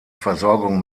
versorgung